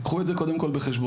קחו את זה קודם כל בחשבון.